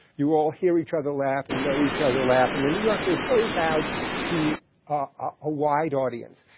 you all hear each other laugh and know each other laugh. in the new yorker, it goes out to a wide audience,